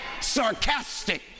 sarcastic